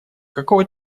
какого